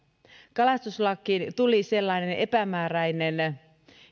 kalastuslakiin tuli sellainen epämääräinen